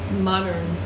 modern